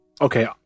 Okay